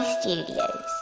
Studios